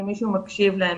אם מישהו מקשיב להם,